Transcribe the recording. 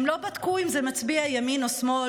הם לא בדקו אם זה מצביע ימין או שמאל,